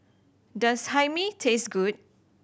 does Hae Mee taste good